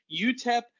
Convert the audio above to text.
UTEP